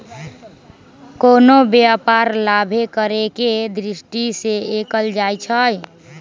कोनो व्यापार लाभे करेके दृष्टि से कएल जाइ छइ